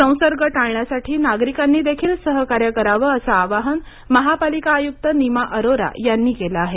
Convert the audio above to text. संसर्ग टाळण्यासाठी नागरिकांनीदेखील सहकार्य करावं असं आवाहन महापालिका आयुक्त निमा अरोरा यांनी केलं आहे